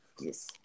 Yes